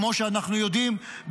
כמו שאנחנו יודעים,